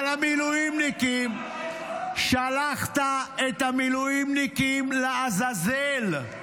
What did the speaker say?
על המילואימניקים, שלחת את המילואימניקים לעזאזל.